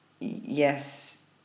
yes